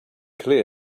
clear